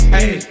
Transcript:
Hey